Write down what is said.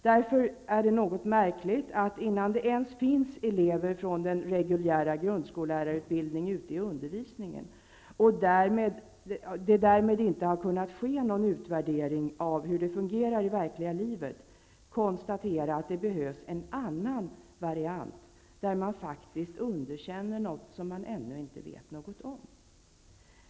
Därför är det något märkligt att innan det ens finns lärare som har gått den reguljära grundskollärarutbildningen ute i undervisningen, och det därmed inte har kunnat ske någon utvärdering av hur det fungerar i verkliga livet, konstatera att det behövs en annan variant. Man underkänner faktiskt någonting som man ännu inte vet något om.